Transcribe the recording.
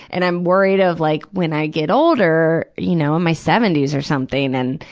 and i'm worried of like, when i get older, you know, in my seventy s or something and,